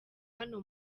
hano